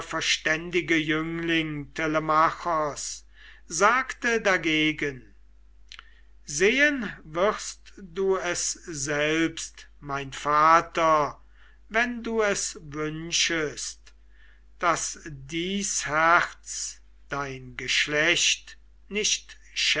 verständige jüngling telemachos sagte dagegen sehen wirst du es selbst mein vater wenn du es wünschest daß dies herz dein geschlecht nicht